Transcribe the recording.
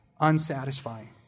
unsatisfying